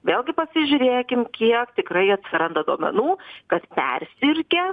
vėlgi pasižiūrėkim kiek tikrai atsiranda duomenų kad persirgę